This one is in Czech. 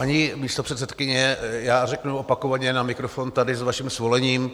Paní místopředsedkyně, já řeknu opakovaně na mikrofon tady, s vaším svolením.